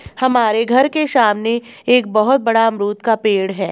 हमारे घर के सामने एक बहुत बड़ा अमरूद का पेड़ है